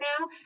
now